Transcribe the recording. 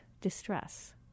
distress